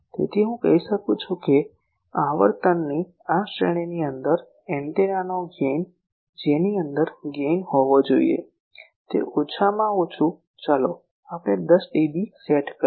તેથી હું કહી શકું છું કે આવર્તનની આ શ્રેણીની અંદર એન્ટેનાનો ગેઇન જેની અંદર ગેઇન હોવો જોઈએ તે ઓછામાં ઓછું ચાલો આપણે 10 ડીબી સેટ કરીએ